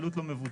עלות לא מבוטלת.